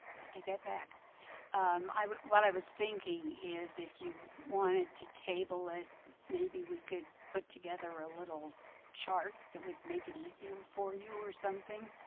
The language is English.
take that back um i what i was thinking is if you wanted to table it maybe we could put together a little chart that would make it easier for you or something